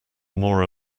more